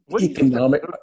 economic